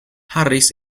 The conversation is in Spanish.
harris